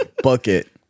Bucket